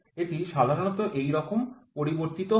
এটি সাধারণত এইরকম পরিবর্তিত হয়